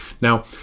Now